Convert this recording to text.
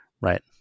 right